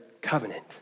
covenant